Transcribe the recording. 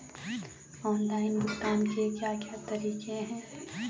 Online भुगतान के क्या क्या तरीके हैं?